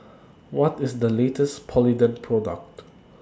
What IS The latest Polident Product